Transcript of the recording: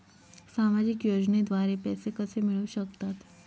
सामाजिक योजनेद्वारे पैसे कसे मिळू शकतात?